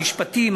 המשפטים,